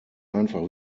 einfach